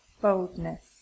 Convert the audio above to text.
boldness